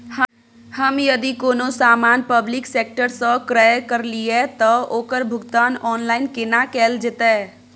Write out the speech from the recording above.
हम यदि कोनो सामान पब्लिक सेक्टर सं क्रय करलिए त ओकर भुगतान ऑनलाइन केना कैल जेतै?